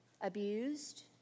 abused